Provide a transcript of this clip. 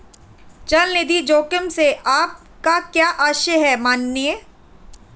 चल निधि जोखिम से आपका क्या आशय है, माननीय?